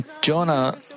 Jonah